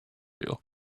you